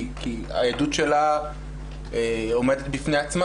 כי העדות שלה עומדת בפני עצמה,